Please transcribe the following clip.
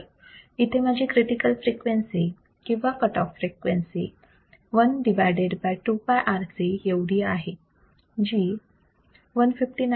तर येथे माझी क्रिटिकल फ्रिक्वेन्सी किंवा कट ऑफ फ्रिक्वेन्सी 1 2 πRC एवढी आहे जी 159